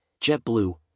JetBlue